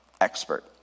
expert